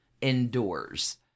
indoors